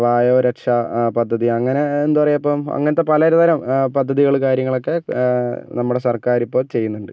വായുരക്ഷാ പദ്ധതി അങ്ങനെ എന്താ പറയുക ഇപ്പം അങ്ങനത്തെ പലതരം പദ്ധതികള് കാര്യങ്ങളൊക്കെ നമ്മളുടെ സർക്കാര് ഇപ്പം ചെയ്യുന്നുണ്ട്